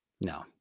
No